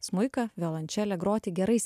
smuiką violončelę groti gerais